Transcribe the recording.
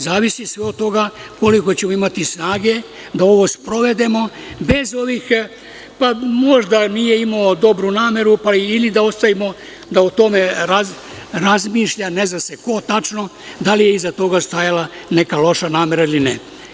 Zavisi sve od toga koliko ćemo imati snage da ovo sprovedemo, bez toga, možda nije imao dobru nameru ili da ostavimo da o tome razmišlja, ne zna se ko tačno, da li je iza toga stajala neka loša namera ili ne.